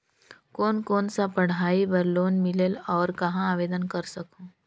कोन कोन सा पढ़ाई बर लोन मिलेल और कहाँ आवेदन कर सकहुं?